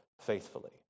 faithfully